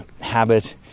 habit